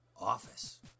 office